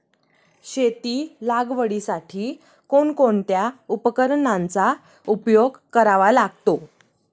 शेती लागवडीसाठी कोणकोणत्या उपकरणांचा उपयोग करावा लागतो?